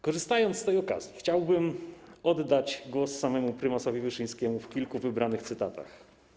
Korzystając z tej okazji, chciałbym oddać głos samemu prymasowi Wyszyńskiemu w kilku wybranych cytatach.